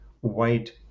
white